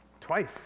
Twice